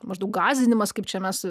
maždaug gąsdinimas kaip čia mes